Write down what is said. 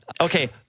Okay